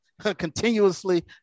continuously